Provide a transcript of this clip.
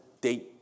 date